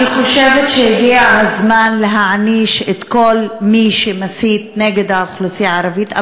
אני חושבת שהגיע הזמן להעניש את כל מי שמסית נגד האוכלוסייה הערבית,